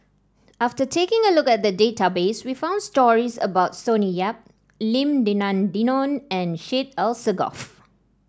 after taking a look at the database we found stories about Sonny Yap Lim Denan Denon and Syed Alsagoff